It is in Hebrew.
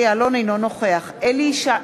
אינו נוכח השר יעלון, בבקשה.